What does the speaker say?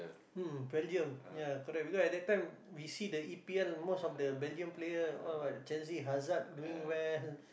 mm Belgium ya correct because at that time we see the e_p_l most of the Belgium player all what Chelsea Hazard doing well